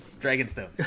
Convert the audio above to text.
Dragonstone